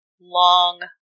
long